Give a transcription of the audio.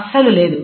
అస్సలు లేదు